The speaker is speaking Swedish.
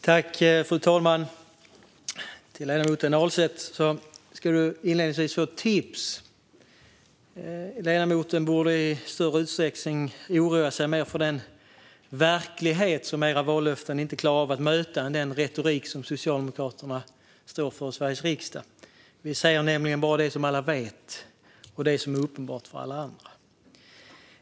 Fru talman! Ledamoten Ahlstedt ska inledningsvis få ett tips. Ledamoten borde i större utsträckning oroa sig för den verklighet som regeringens vallöften inte klarar av att möta och inte för den retorik som Socialdemokraterna står för i Sveriges riksdag. Vi säger nämligen bara det som alla vet och det som är uppenbart för alla andra.